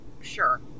sure